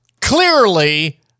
Clearly